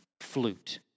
flute